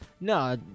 No